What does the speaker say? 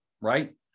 right